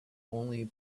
only